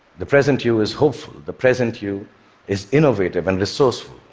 the present you is hopeful. the present you is innovative and resourceful,